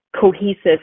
cohesive